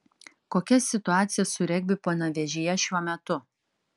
kokia situacija su regbiu panevėžyje šiuo metu